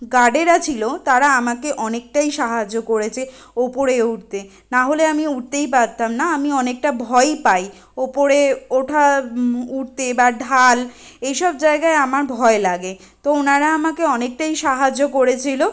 গার্ডেরা ছিলো তারা আমাকে অনেকটাই সাহায্য করেছে ওপরে উঠতে নাহলে আমি উঠতেই পারতাম না আমি অনেকটা ভয়ই পাই ওপরে ওঠা উঠতে বা ঢাল এই সব জায়গায় আমার ভয় লাগে তো ওনারা আমাকে অনেকটাই সাহায্য করেছিলো